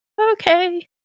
Okay